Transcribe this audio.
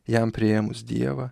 jam priėmus dievą